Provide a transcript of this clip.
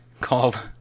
called